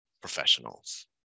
professionals